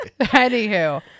Anywho